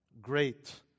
great